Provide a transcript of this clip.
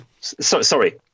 Sorry